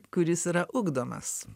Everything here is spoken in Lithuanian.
kuris yra ugdomas